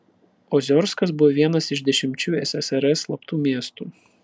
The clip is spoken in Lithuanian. oziorskas buvo vienas iš dešimčių ssrs slaptų miestų